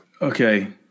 Okay